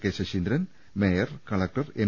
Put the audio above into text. K Saseendran mayor collector M